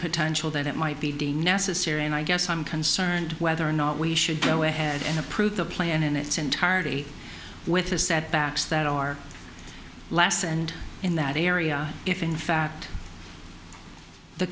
potential that it might be deemed necessary and i guess i'm concerned whether or not we should go ahead and approve the plan in its entirety with a set backs that are last and in that area if in fact the